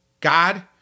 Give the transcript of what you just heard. God